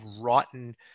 rotten